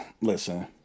Listen